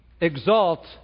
exalt